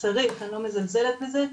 צריך אני לא מזלזלת בזה,